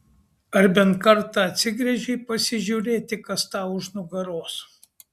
ar bent kartą atsigręžei pasižiūrėti kas tau už nugaros